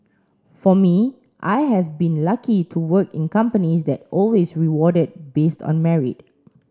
for me I have been lucky to work in companies that always rewarded based on merit